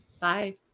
Bye